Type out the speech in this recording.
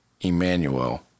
Emmanuel